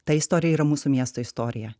ta istorija yra mūsų miesto istorija